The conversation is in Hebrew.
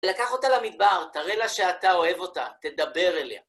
לקח אותה למדבר, תראה לה שאתה אוהב אותה, תדבר אליה.